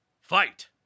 Fight